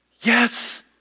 Yes